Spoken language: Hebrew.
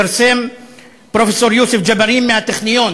פרסם פרופסור יוסף ג'בארין מהטכניון